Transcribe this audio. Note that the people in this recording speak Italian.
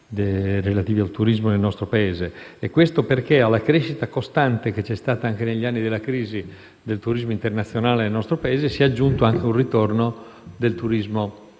relativi al turismo nel nostro Paese. Questo perché, alla crescita costante, che è continuata anche negli anni della crisi, del turismo internazionale nel nostro Paese si è aggiunto anche un ritorno del turismo interno.